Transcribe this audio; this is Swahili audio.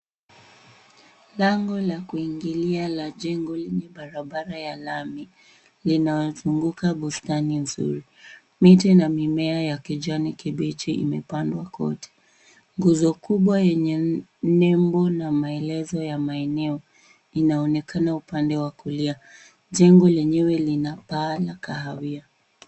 Lango la kuingilia la jengo barabara ya lami linazunguka bustani nzuri. Miti na mimea ya kijani kibichi imepandwa kwote. Nguzo kubwa yenye nembo na maelezeo ya maeneo inaonekana upande wa kulia. Jengo lenyewe lina paa la kahawia.